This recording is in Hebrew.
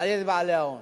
על-ידי בעלי ההון,